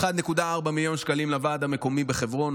1.4 מיליון שקלים לוועד המקומי בחברון,